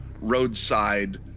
roadside